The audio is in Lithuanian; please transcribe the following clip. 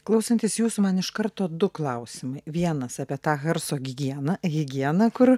klausantis jūsų man iš karto du klausimai vienas apie tą garso higiena higieną kur